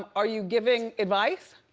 are you giving advice?